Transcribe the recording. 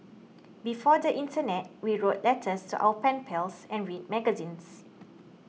before the internet we wrote letters to our pen pals and read magazines